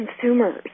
consumers